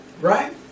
Right